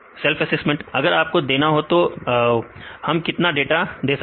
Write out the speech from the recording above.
विद्यार्थी self assessment अगर आपको देना हो तो हम कितना डाटा दीया